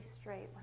straight